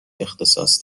اختصاص